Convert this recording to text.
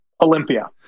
Olympia